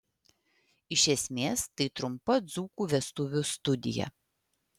iš esmės tai trumpa dzūkų vestuvių studija